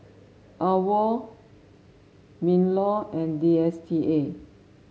AWOL Minlaw and D S T A